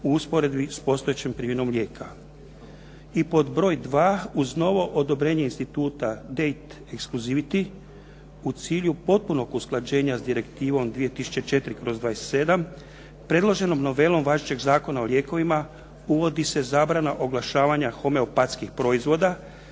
u usporedbi s postojećom primjenom lijeka. I pod broj dva, uz novo odobrenje instituta "Data exclusivity" u cilju potpunog usklađenja s Direktivom 2004/27 predloženom novelom važećeg Zakona o lijekovima uvodi se zabrana oglašavanja homeopatskih proizvoda